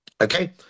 okay